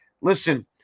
listen –